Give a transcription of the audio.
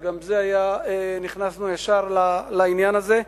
שגם זה היה, נכנסנו ישר לעניין הזה.